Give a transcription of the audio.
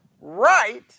right